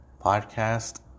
podcast